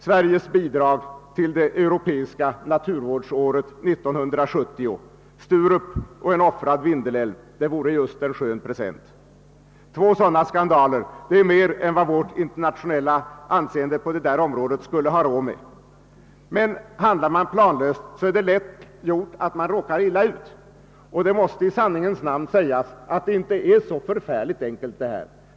Sturup och en offrad Vindelälv vore just en skön present från Sveriges sida till det europeiska naturvårdsåret 1970. Två sådana skandaler är mer än vårt internationella anseende på detta område har råd med. Om man handlar planlöst är det emellertid lätt gjort att man råkar illa ut. Det måste också i sanningens namn sägas att det inte är så förfärligt enkelt.